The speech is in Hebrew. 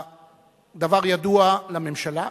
הדבר ידוע לממשלה,